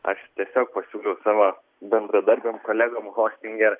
aš tiesiog pasiūliau savo bendradarbiam kolegom hostinger